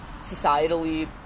societally